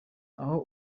aho